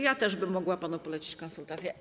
Ja też bym mogła panu polecić konsultacje.